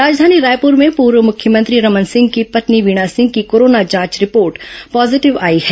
राजधानी रायपुर में पूर्व मुख्यमंत्री रमन सिंह की पत्नी वीणा सिंह की कोरोना जांच रिपोर्ट पॉजिटिव आई है